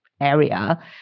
area